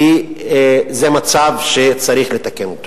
כי זה מצב שצריך לתקן אותו.